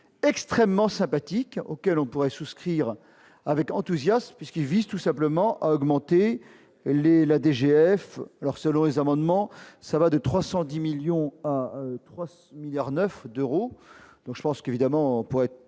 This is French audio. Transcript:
extrêmement sympathique auquel on pourrait souscrire avec enthousiasme, puisqu'il vise tout simplement à augmenter les la DGF alors selon les amendements, ça va de 310 millions milliards 9 d'euros, donc je pense qu'évidemment, pour être